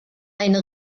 eine